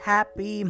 Happy